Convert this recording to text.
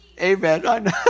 amen